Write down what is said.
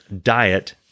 diet